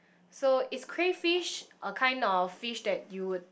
so is crayfish a kind of fish that you would